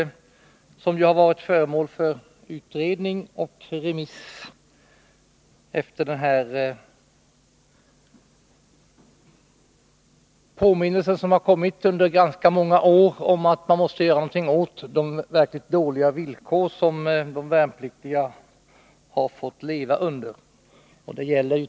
Dessa krav har varit föremål för utredning och remissbehandling efter den påminnelse som under ganska många år har kommit om att vi måste göra någonting åt de verkligt dåliga villkor som de värnpliktiga har fått leva under.